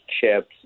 chips